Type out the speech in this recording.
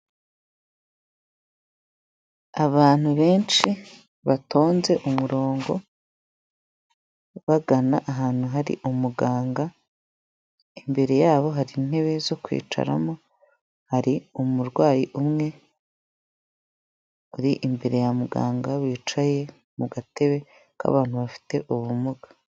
Abantu benshi batonze umurongo bagana ahantu hari umuganga imbere yabo hari intebe zo kwicaramo hari umurwayi umwe uri imbere ya muganga bicaye mu gatebe k'abantu bafite ubumuga.